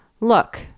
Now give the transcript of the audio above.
Look